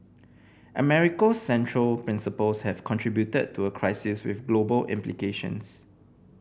America central principles have contributed to a crisis with global implications